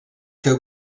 que